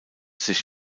sich